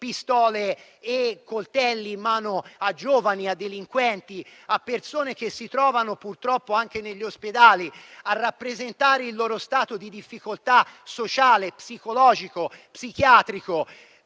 pistole e coltelli in mano a giovani, a delinquenti, a persone che si trovano purtroppo negli ospedali a rappresentare il loro stato di difficoltà sociale, psicologico, psichiatrico